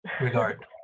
regard